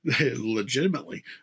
Legitimately